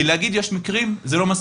כי להגיד שיש מקרים לא מספיק,